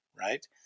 right